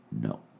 no